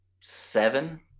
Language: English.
seven